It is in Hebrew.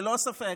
ללא ספק.